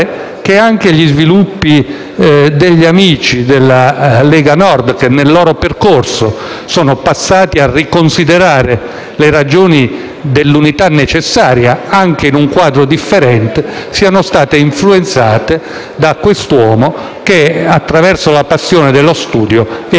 che anche gli sviluppi degli amici della Lega Nord, che nel loro percorso sono passati a riconsiderare le ragioni dell'unità necessaria, anche in un quadro differente, siano stati influenzati da quest'uomo che, attraverso la passione per lo studio,